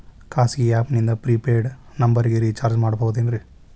ಖಾಸಗಿ ಆ್ಯಪ್ ನಿಂದ prepaid ನಂಬರಿಗ ರೇಚಾರ್ಜ್ ಮಾಡಬಹುದೇನ್ರಿ?